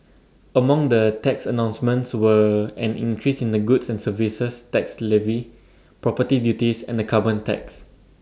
among the tax announcements were an increase in the goods and services tax levy property duties and A carbon tax